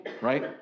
right